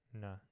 No